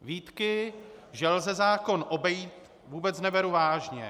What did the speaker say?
Výtky, že lze zákon obejít, vůbec neberu vážně.